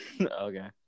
Okay